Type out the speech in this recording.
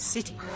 City